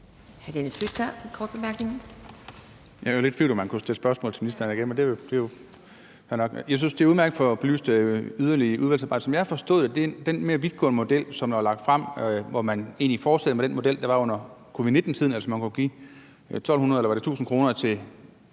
Jeg var lidt i tvivl, om man kunne stille spørgsmål til ministeren igen, men det er jo fair nok. Jeg synes, det er udmærket, at vi får belyst det yderligere i udvalgsarbejdet. Som jeg har forstået den mere vidtgående model, som er lagt frem, hvor man egentlig fortsætter med den model, der var i covid-19-tiden – altså, at man kunne give 1.200 kr. eller var